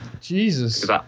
Jesus